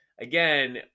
again